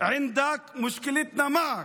(אומר בערבית ומתרגם:)